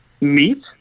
Meat